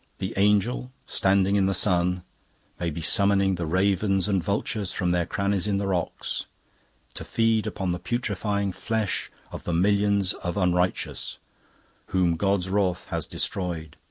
the angel standing in the sun may be summoning the ravens and vultures from their crannies in the rocks to feed upon the putrefying flesh of the millions of unrighteous whom god's wrath has destroyed.